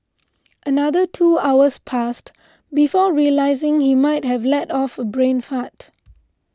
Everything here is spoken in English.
another two hours passed before realising he might have let off a brain fart